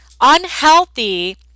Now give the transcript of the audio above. unhealthy